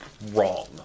wrong